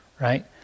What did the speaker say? right